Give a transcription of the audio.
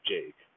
Jake